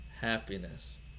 happiness